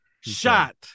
Shot